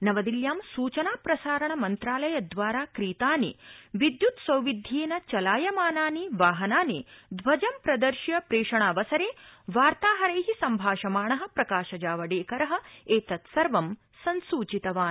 नवदिल्यां सूचना प्रसारण मन्त्रालय द्वारा क्रीतानि विद्युत्सौविध्येन चलायमानानि वाहनानि ध्वजं प्रदर्श्य प्रेषणावसरे वार्ताहैर सम्भाषमाण प्रकाशजावडेकर एतत्सर्वं संसूचितवान्